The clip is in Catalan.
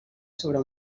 sobre